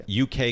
UK